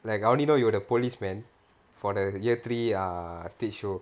like I only know you were the policemen for the year three err stage show